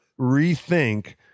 rethink